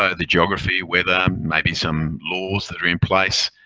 ah the geography, weather, maybe some laws that are in place.